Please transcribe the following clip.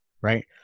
right